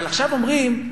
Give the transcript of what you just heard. אבל עכשיו אומרים: